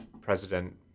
President